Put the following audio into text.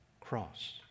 cross